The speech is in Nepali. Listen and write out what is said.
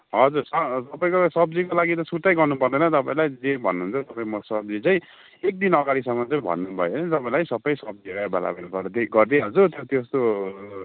हजुर छ तपाईँको सब्जीको लागि त सुर्तै गर्नु पर्दैन तपाईँलाई जे भन्नुहुन्छ तपाईँ सब्जी चाहिँ एकदिन अगाडिसम्म भन्नुभयो तपाईँलाई सबै सब्जीहरू एभाइलेबल गराइदि गरिदिहाल्छु त्यहाँ त्यस्तो